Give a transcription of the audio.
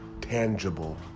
tangible